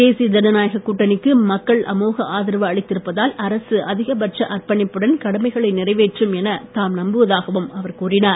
தேசிய ஜனநாயக கூட்டணிக்கு மக்கள் அமோக ஆதரவு அளித்திருப்பதால் அரசு அதிகபட்ச அற்பணிப்புடன் கடமைகளை நிறைவேற்றும் என தாம் நம்புவதாகவும் அவர் கூறினார்